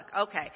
Okay